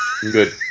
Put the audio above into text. good